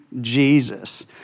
Jesus